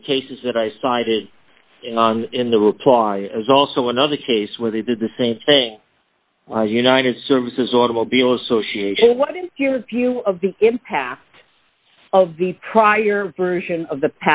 been the cases that i cited in the reply was also another case where they did the same thing as united services automobile association what is your view of the impact of the prior version of the